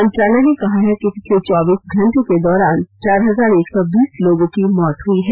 मंत्रालय ने कहा है कि पिछले चौबीास घंटों के दौरान चार हजार एक सौ बीस लोगों की मौत हुई है